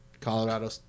Colorado